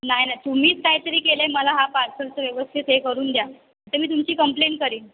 नाही नाही तुम्हीच काहीतरी केलं आहे मला हा पार्सलचं व्यवस्थित हे करून द्या तर मी तुमची कंप्लेंट करेन